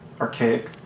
archaic